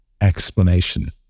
explanation